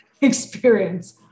experience